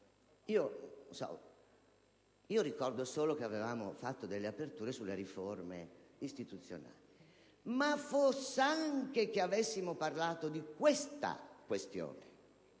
ricordo solo che avevamo fatto delle aperture sulle riforme istituzionali, ma anche che avessimo parlato di tale questione